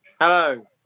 Hello